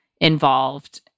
involved